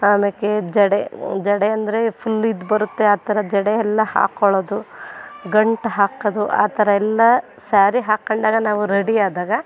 ಆಮೇಲೆ ಜಡೆ ಜಡೆ ಅಂದರೆ ಫುಲ್ ಇದ್ಬರುತ್ತೆ ಆ ಥರ ಜಡೆ ಎಲ್ಲ ಹಾಕೊಳ್ಳೋದು ಗಂಟು ಹಾಕೋದು ಆ ಥರ ಎಲ್ಲ ಸ್ಯಾರಿ ಹಾಕೊಂಡಾಗ ನಾವು ರೆಡಿಯಾದಾಗ